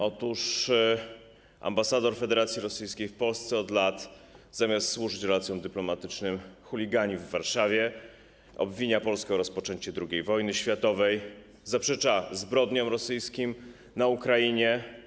Otóż ambasador Federacji Rosyjskiej w Polsce od lat, zamiast służyć racjom dyplomatycznym, chuligani w Warszawie, obwinia Polskę o rozpoczęcie II wojny światowej, zaprzecza zbrodniom rosyjskim na Ukrainie.